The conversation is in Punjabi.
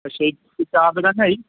ਅੱਛਾ ਜੀ ਚਾਰ ਦੁਕਾਨਾਂ ਹੈ ਜੀ